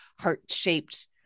heart-shaped